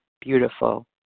Beautiful